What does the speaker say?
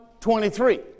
23